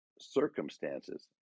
circumstances